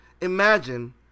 imagine